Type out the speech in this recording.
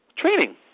training